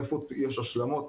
איפה יש השלמות,